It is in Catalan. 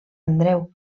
andreu